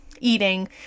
eating